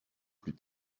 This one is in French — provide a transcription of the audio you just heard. plus